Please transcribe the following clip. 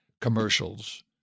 commercials